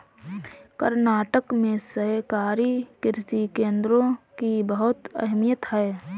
कर्नाटक में सहकारी कृषि केंद्रों की बहुत अहमियत है